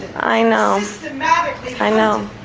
i know i know.